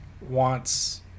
wants